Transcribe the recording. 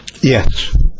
Yes